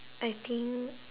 I think